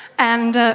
and